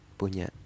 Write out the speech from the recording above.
punya